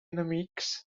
enemics